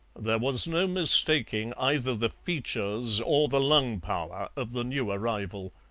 there was no mistaking either the features or the lung-power of the new arrival.